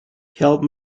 help